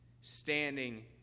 standing